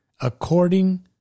according